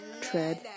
Tread